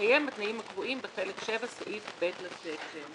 בהתקיים התנאים הקבועים בחלק VII, סעיף ב לתקן.